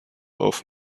auf